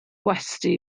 gwesty